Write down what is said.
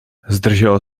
zdržel